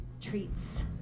Treats